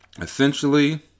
Essentially